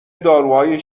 داروهای